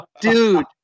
dude